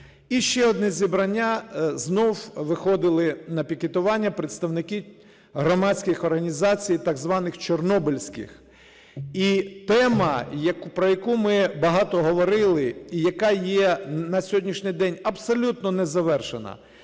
І ще одне зібрання. Знову виходили на пікетування представники громадських організацій так званих чорнобильських. І тема, про яку ми багато говорили і яка є на сьогоднішній день абсолютно незавершена,